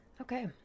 Okay